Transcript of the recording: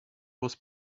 was